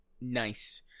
Nice